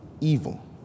evil